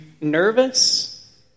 nervous